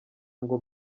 ngo